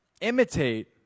Imitate